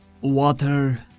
Water